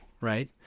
right